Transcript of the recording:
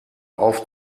auf